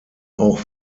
auch